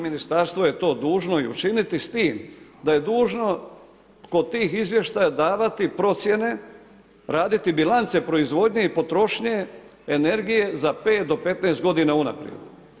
Ministarstvo je to dužno i učiniti, s tim da je dužno kod tih izvještaja davati procjene, raditi bilance proizvodnje i potrošnje energije za 5 do 15 godina unaprijed.